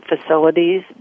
facilities